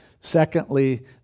secondly